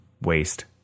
waste